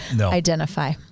identify